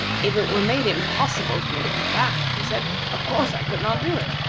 if it were made impossible for me to come back, he said, of course i could not do it.